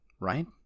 Right